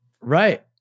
Right